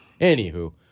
Anywho